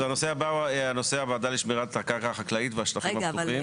נושא הבא הוא נושא הוועדה לשמירת הקרקע החקלאית והשטחים הפתוחים.